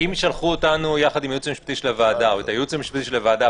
אם שלחו אותנו יחד עם הייעוץ המשפטי של הוועדה,